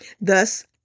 Thus